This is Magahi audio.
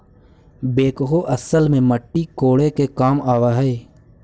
बेक्हो असल में मट्टी कोड़े के काम आवऽ हई